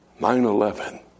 9-11